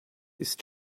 ist